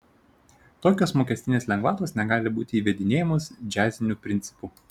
tokios mokestinės lengvatos negali būti įvedinėjamos džiaziniu principu